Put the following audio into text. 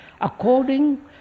according